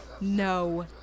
No